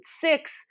six